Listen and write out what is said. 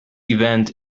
event